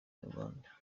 inyarwanda